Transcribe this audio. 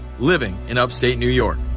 living in upstate new york.